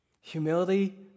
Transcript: Humility